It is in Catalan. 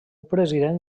president